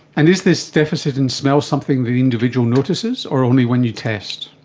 and is this deficit in smell something the individual notices or only when you test?